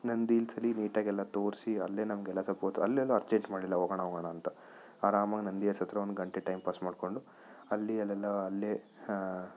ನಂದಿ ಹಿಲ್ಸಲ್ಲಿ ನೀಟಾಗಿ ಎಲ್ಲ ತೋರಿಸಿ ಅಲ್ಲೇ ನಮಗೆಲ್ಲ ಸ್ವಲ್ಪ ಹೊತ್ತು ಅಲ್ಲೇನು ಅರ್ಜೆಂಟ್ ಮಾಡಲಿಲ್ಲ ಹೋಗೋಣ ಹೋಗೋಣ ಅಂತ ಆರಾಮಾಗಿ ನಂದಿ ಹಿಲ್ಸ್ ಹತ್ತಿರ ಒಂದು ಗಂಟೆ ಟೈಮ್ ಪಾಸ್ ಮಾಡಿಕೊಂಡು ಅಲ್ಲಿ ಅಲ್ಲೆಲ್ಲ ಅಲ್ಲಿ